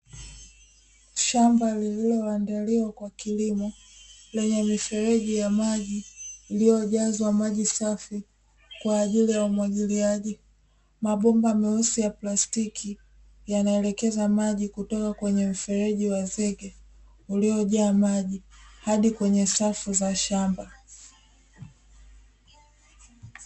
Shamba lililoandaliwa kwa kilimo lenye mifereji ya maji, iliyojazwa maji safi kwa ajili ya umwagiliaji , mabomba meusi ya plastiki yanaelekeza maji kutoka kwenye mifereji wa zege uliojaa maji hadi kwenye safu za shamba.